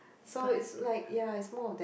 so it's like ya it's more of that